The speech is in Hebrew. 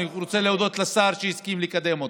אני רוצה להודות לשר, שהסכים לקדם אותו,